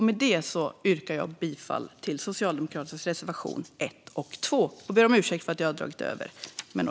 Med detta yrkar jag bifall till Socialdemokraternas reservationer 1 och 2.